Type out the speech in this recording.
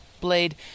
Blade